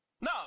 no